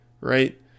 Right